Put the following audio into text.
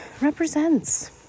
represents